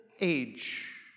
age